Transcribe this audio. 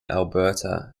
alberta